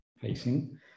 facing